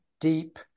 deep